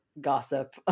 Gossip